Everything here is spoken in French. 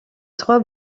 trois